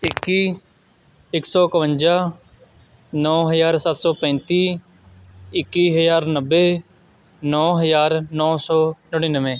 ਇੱਕੀ ਇੱਕ ਸੌ ਅਕਵੰਜਾ ਨੌ ਹਜ਼ਾਰ ਸੱਤ ਸੌ ਪੈਂਤੀ ਇੱਕੀ ਹਜ਼ਾਰ ਨੱਬੇ ਨੌ ਹਜ਼ਾਰ ਨੌ ਸੌ ਨੜਿਨਵੇਂ